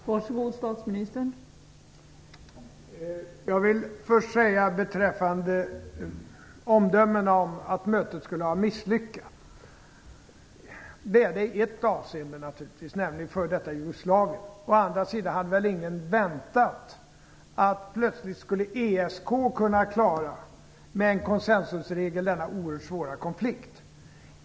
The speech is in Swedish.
Fru talman! Jag vill först säga något beträffande omdömen om att mötet skulle ha varit misslyckat. Det är det i ett avseende, nämligen vad gäller f.d. Jugoslavien. Å andra sidan hade väl ingen väntat att ESK plötsligt skulle klara med en konsensusregel denna oerhört svåra konflikt.